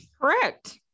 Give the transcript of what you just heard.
Correct